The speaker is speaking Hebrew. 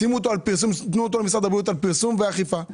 תנו אותו למשרד הבריאות לפרסום ואכיפה.